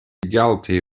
legality